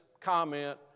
comment